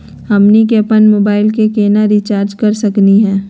हमनी के अपन मोबाइल के केना रिचार्ज कर सकली हे?